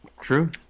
True